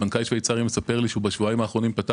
בנקאי שוויצרי סיפר לי שבשבועיים האחרונים פתח